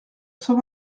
cent